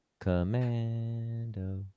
Commando